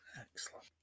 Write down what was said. excellent